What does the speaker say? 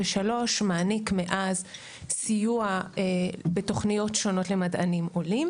מעניק מאז סיוע בתוכניות שונות למדענים עולים.